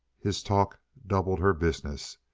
his talk doubled her business.